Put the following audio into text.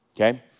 Okay